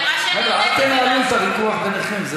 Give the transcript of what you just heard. היא אמרה, אל תנהלו את הוויכוח ביניכן.